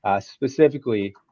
specifically